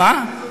מה?